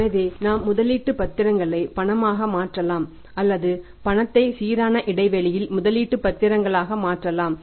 எனவே நாம் முதலீட்டு பத்திரங்களை பணமாக மாற்றலாம் அல்லது பணத்தை சீரான இடைவெளியில் முதலீட்டு பத்திரங்களாக மாற்றலாம்